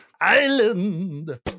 Island